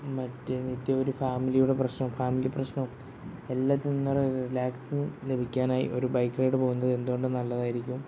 മറ്റ് നിത്യം ഒരു ഫാമിലിയുടെ പ്രശ്നം ഫാമിലി പ്രശ്നവും എല്ലാത്തിൽ നിന്നൊരു റിലാക്സ് ലഭിക്കാനായി ഒരു ബൈക്ക് റൈഡ് പോകുന്നത് എന്തുകൊണ്ടും നല്ലതായിരിക്കും